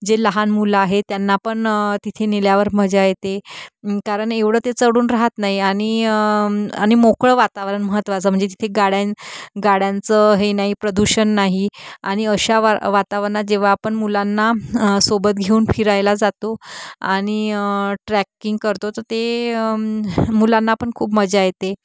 जे लहान मुलं आहे त्यांना पण तिथे नेल्यावर मजा येते कारण एवढं ते चढून राहत नाही आणि आणि मोकळं वातावरण महत्त्वाचं म्हणजे तिथे गाड्या गाड्यांचं हे नाही प्रदूषण नाही आणि अशा वा वातावरणात जेव्हा आपण मुलांना सोबत घेऊन फिरायला जातो आणि ट्रॅकिंग करतो तर ते मुलांना पण खूप मजा येते